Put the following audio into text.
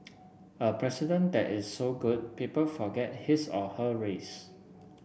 a president that is so good people forget his or her race